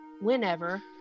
whenever